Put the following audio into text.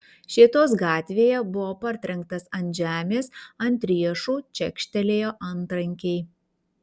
šėtos gatvėje buvo partrenktas ant žemės ant riešų čekštelėjo antrankiai